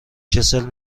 کسل